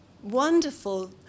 Wonderful